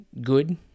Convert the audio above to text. good